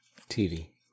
TV